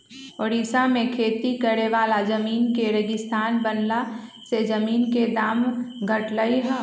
ओड़िशा में खेती करे वाला जमीन के रेगिस्तान बनला से जमीन के दाम घटलई ह